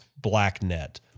BlackNet